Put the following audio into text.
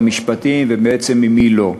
משרת המשפטים ובעצם ממי לא.